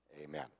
amen